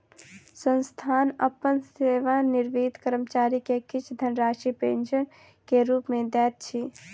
संस्थान अपन सेवानिवृत कर्मचारी के किछ धनराशि पेंशन के रूप में दैत अछि